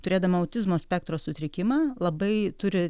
turėdama autizmo spektro sutrikimą labai turi